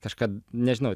kažką nežinau